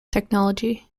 technology